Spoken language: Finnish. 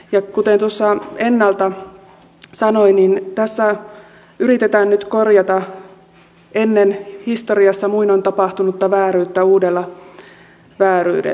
ja kuten tuossa ennalta sanoin niin tässä yritetään nyt korjata ennen historiassa muinoin tapahtunutta vääryyttä uudella vääryydellä